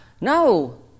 No